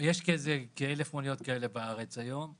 יש כ-1,000 מוניות כאלה בארץ היום.